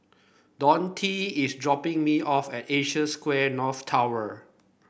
Donte is dropping me off at Asia Square North Tower